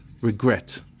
regret